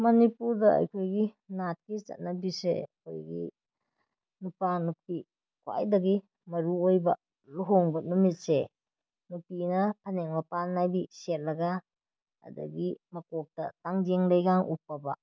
ꯃꯅꯤꯄꯨꯔꯗ ꯑꯩꯈꯣꯏꯒꯤ ꯅꯥꯠꯀꯤ ꯆꯠꯅꯕꯤꯁꯦ ꯑꯩꯈꯣꯏꯒꯤ ꯅꯨꯄꯥ ꯅꯨꯄꯤ ꯈ꯭ꯋꯥꯏꯗꯒꯤ ꯃꯔꯨ ꯑꯣꯏꯕ ꯂꯨꯍꯣꯡꯕ ꯅꯨꯃꯤꯠꯁꯦ ꯅꯨꯄꯤꯅ ꯐꯅꯦꯛ ꯃꯄꯥꯟ ꯅꯥꯏꯕꯤ ꯁꯦꯠꯂꯒ ꯑꯗꯒꯤ ꯃꯀꯣꯛꯇ ꯇꯥꯡꯖꯦꯡꯂꯩꯒ ꯎꯞꯄꯕ